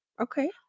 Okay